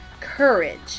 courage